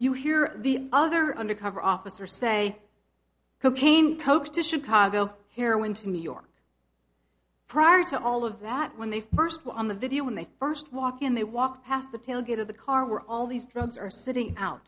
you hear the other undercover officer say cocaine coke to chicago here went to new york prior to all of that when they first were on the video when they first walk in they walk past the tailgate of the car were all these drugs are sitting out